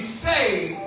saved